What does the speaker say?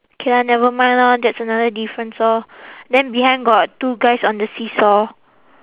K lah never mind lah that's another difference orh then behind got two guys on the seesaw